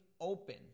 open